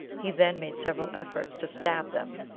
he then made several efforts to stab them.